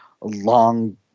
long